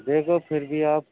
دیکھو پھر بھی آپ